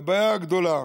הבעיה הגדולה,